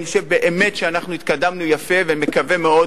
אני חושב שבאמת התקדמנו יפה, ומקווה מאוד